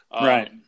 Right